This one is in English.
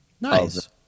Nice